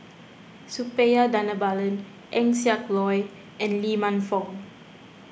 Suppiah Dhanabalan Eng Siak Loy and Lee Man Fong